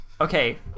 Okay